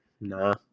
Nah